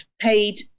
paid